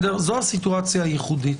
זאת הסיטואציה הייחודית.